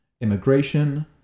immigration